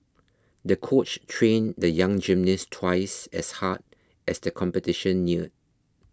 the coach trained the young gymnast twice as hard as the competition neared